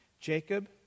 Jacob